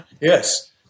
Yes